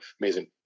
amazing